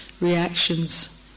reactions